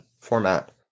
format